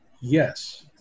Yes